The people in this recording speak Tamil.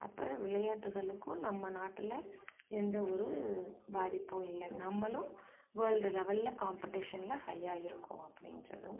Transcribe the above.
அப்போ விளையாட்டுகளுக்கும் நம்ம நாட்டில் எந்த ஒரு பாதிப்பும் இல்லை நம்மளும் வேர்ல்டு லெவலில் காம்பட்டிஷனில் ஹையாக இருக்கோம் அப்படின்றதும்